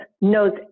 knows